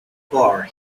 bar